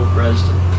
president